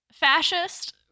Fascist